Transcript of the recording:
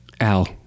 Al